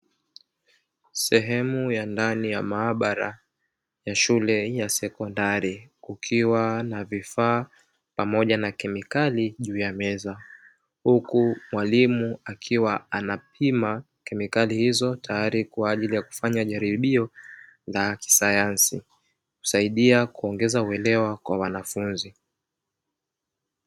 Sehemu ya ndani ya maabara ya shule ya sekondari, kukiwa na vifaa pamoja na kemikali juu ya meza, huku mwalimu akiwa anapima kemikali hizo tayari kwa ajili ya kufanya jaribio la kisayansi. Husaidia kuongeza uelewa kwa wanafunzi.